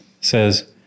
says